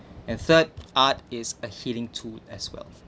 and third art is a healing tool as well